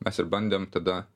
mes ir bandėm tada